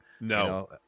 No